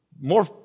more